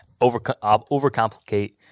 overcomplicate